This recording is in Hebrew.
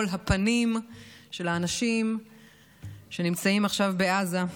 הפנים של האנשים שנמצאים עכשיו בעזה.